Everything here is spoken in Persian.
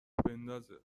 بندازه